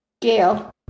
Gail